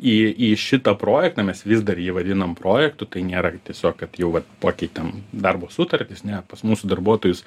į į šitą projektą mes vis dar jį vadinam projektu tai nėra tiesiog kad jau vat pakeitėm darbo sutartis ne pas mūsų darbuotojus